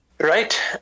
Right